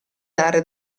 dare